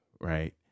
right